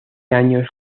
años